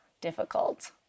difficult